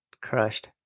crushed